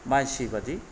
मानसि बायदि